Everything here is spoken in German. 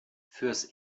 fürs